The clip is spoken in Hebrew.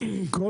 באוגוסט.